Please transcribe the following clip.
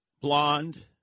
blonde